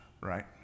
right